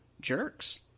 jerks